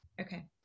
Okay